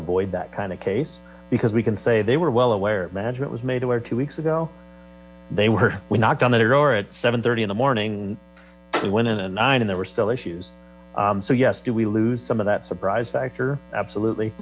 avoid that kind of case because we can say they were well aware it management was made aware two weeks ago they were we knocked on the door at seven thirty in the morning we went in a and there were still issues so yes do we lose some of that surprise factor absolutely